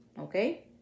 okay